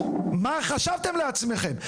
מה חשבתם לעצמכם?